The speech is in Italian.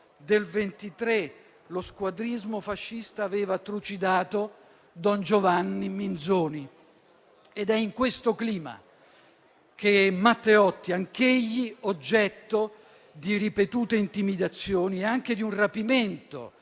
del 1923 lo squadrismo fascista aveva trucidato don Giovanni Minzoni. È in questo clima che Matteotti, anch'egli oggetto di ripetute intimidazioni e anche di un rapimento